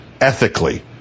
ethically